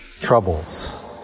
troubles